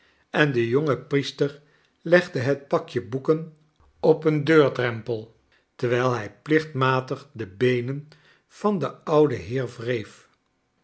en de jonge priester legde het pakje boeken op een deurdrempel terwijl hij plichtmatig de beenen van den ouden heer